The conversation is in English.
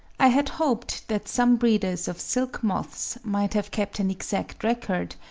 i had hoped that some breeders of silk-moths might have kept an exact record,